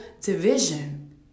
division